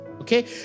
okay